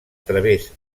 través